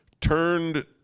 turned